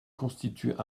constitue